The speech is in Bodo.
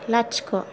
लाथिख'